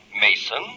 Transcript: Mason